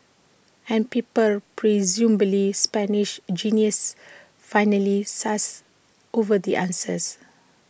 and people presumably Spanish geniuses finally sussed over the answers